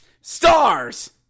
Stars